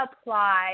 apply